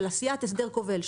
של עשיית הסדר כובל,